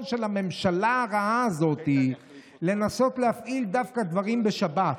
של הממשלה הרעה הזאת לנסות להפעיל דברים דווקא בשבת.